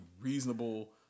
reasonable